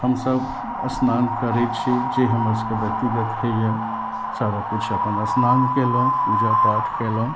हमसब स्नान करै छी जे हमर सबके व्यक्तिगत होइया सारा किछु अपन स्नान केलहुॅं पूजा पाठ केलहुॅं